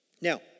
Now